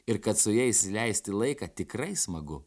ir kad su jais leisti laiką tikrai smagu